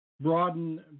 broaden